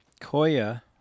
Koya